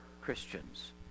Christians